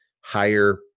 higher